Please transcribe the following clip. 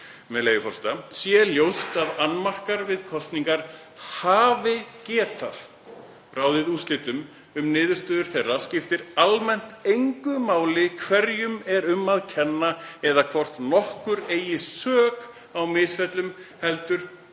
„Sé ljóst að annmarkar við kosningar hafi getað ráðið úrslitum um niðurstöður þeirra skipti almennt engu máli hverjum er um að kenna eða hvort nokkur eigi sök á misfellunum heldur beri